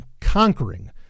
conquering